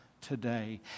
today